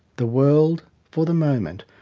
the world, for the moment,